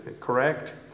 Correct